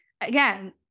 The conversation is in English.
again